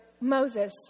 Moses